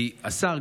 כי השר,